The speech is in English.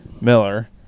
miller